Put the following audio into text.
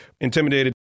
intimidated